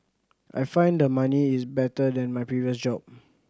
I find the money is better than my previous job